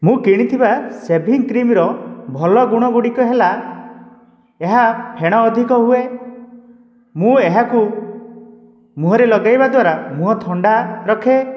ମୁଁ କିଣିଥିବା ସେଭିଙ୍ଗ୍କ୍ରିମ୍ର ଭଲ ଗୁଣ ଗୁଡ଼ିକ ହେଲା ଏହା ଫେଣ ଅଧିକ ହୁଏ ମୁଁ ଏହାକୁ ମୁହଁରେ ଲଗାଇବା ଦ୍ୱାରା ମୁହଁ ଥଣ୍ଡା ରଖେ